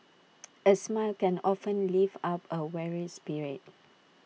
A smile can often lift up A weary spirit